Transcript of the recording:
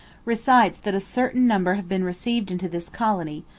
recites that a certain number have been received into this colony,